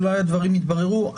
אולי הדברים יתבררו,